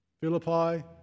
Philippi